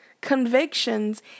convictions